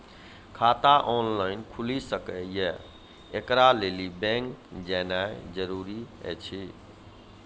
खाता ऑनलाइन खूलि सकै यै? एकरा लेल बैंक जेनाय जरूरी एछि?